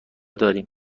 داریم